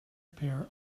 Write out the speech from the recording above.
pair